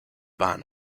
ban